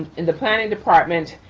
in the planning department,